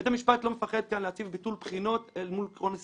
בית המשפט פה לא מפחד להציב ביטול בחינות אל מול עיקרון ההסתמכות.